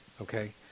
okay